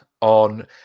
on